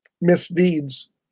misdeeds